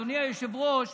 אדוני היושב-ראש,